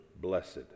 blessed